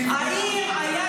והיא נבלמה.